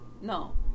no